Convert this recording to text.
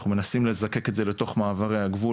אנחנו מנסים לזקק את זה לתוך מעברי הגבול